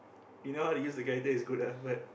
you know how to use the character is good ah but